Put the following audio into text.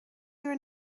your